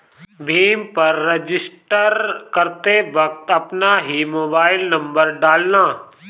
भीम पर रजिस्टर करते वक्त अपना ही मोबाईल नंबर डालना